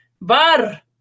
Bar